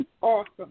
awesome